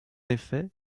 effet